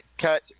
cut